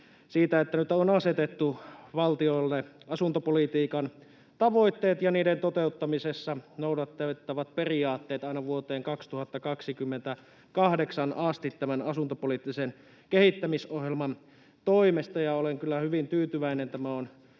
siitä, että nyt on asetettu valtiolle asuntopolitiikan tavoitteet ja niiden toteuttamisessa noudatettavat periaatteet aina vuoteen 2028 asti tämän asuntopoliittisen kehittämisohjelman toimesta. Olen kyllä hyvin tyytyväinen;